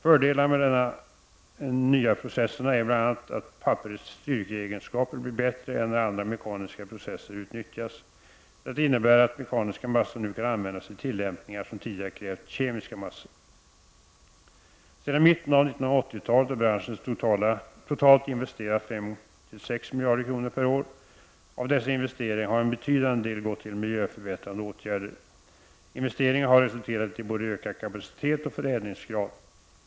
Fördelarna med de nya processerna är bl.a. att papperets styrkeegenskaper blir bättre än när andra mekaniska processer utnyttjas. Detta innebär att mekaniska massor nu kan användas i tillämpningar som tidigare krävt kemiska massor. Sedan mitten av 1980-talet har branschen totalt investerat 5-6 miljarder kronor per år. Av dessa investeringar har en betydande del gått till miljöförbättrande åtgärder. Investeringarna har resulterat i både ökad kapacitet och ökad förädlingsgrad.